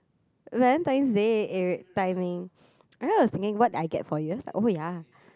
Valentine's Day eh wait timing I was thinking what did I get for you then I was like oh ya